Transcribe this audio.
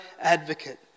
advocate